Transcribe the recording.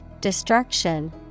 destruction